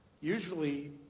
usually